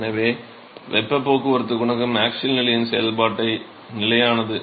எனவே வெப்பப் போக்குவரத்து குணகம் ஆக்ஸியல் நிலையின் செயல்பாட்டின் நிலையானது